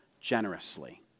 generously